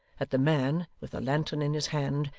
that the man, with a lantern in his hand,